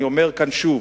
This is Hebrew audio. אני אומר כאן שוב,